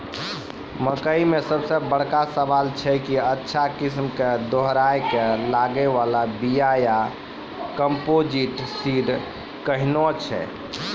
मकई मे सबसे बड़का सवाल छैय कि अच्छा किस्म के दोहराय के लागे वाला बिया या कम्पोजिट सीड कैहनो छैय?